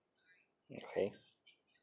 right